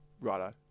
Righto